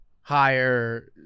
Higher